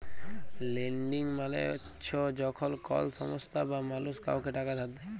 lending মালে চ্ছ যখল কল সংস্থা বা মালুস কাওকে টাকা ধার দেয়